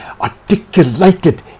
articulated